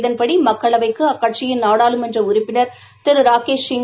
இதன்படிமக்களவைக்குஅக்கட்சியின் நாடாளுமன்றஉறுப்பினர் திருதிருராகேஷ் சிங்